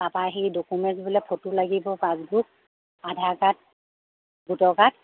তাৰপৰা সেই ডকুমেণ্টছ বোলে ফটো লাগিব পাছবুক আধাৰ কাৰ্ড ভোটৰ কাৰ্ড